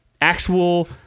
actual